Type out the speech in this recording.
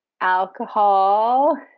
alcohol